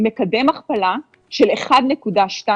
עם מקדם הכפלה של 1.2%,